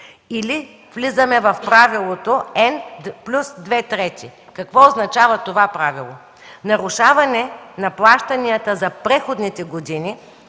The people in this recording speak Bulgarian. Или влизаме в правилото n+2/3. Какво означава това правило? Нарушаване на плащанията за предходните годни